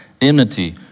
enmity